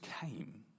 came